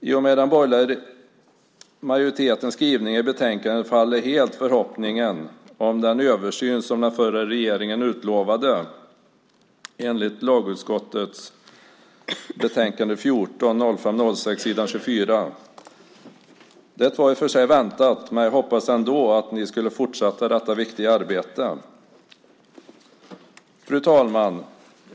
I och med den borgerliga majoritetens skrivningar i betänkandet faller helt förhoppningen om den översyn som den förra regeringen utlovade enligt s. 24 i lagutskottets betänkande 2005/06LU14. Det var i och för sig väntat, men jag hoppades ändå att ni skulle fortsätta detta viktiga arbete. Fru talman!